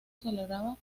celebraba